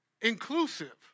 inclusive